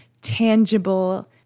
tangible